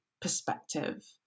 perspective